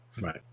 right